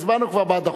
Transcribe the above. הצבענו כבר בעד החוק.